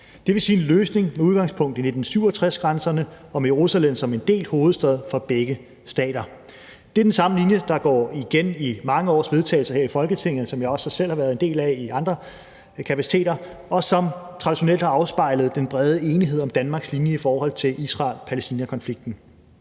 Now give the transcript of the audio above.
det vil sige en løsning med udgangspunkt 1967-grænserne og med Jerusalem som en delt hovedstad for begge stater. Det er den samme linje, der går igen i mange års vedtagelser her i Folketinget, som jeg også selv har været en del af i andre kapaciteter, og som traditionelt har afspejlet den brede enighed om Danmarks linje i forhold til Israel-Palæstina-konflikten.